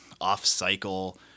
Off-cycle